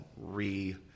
re